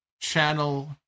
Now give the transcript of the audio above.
channel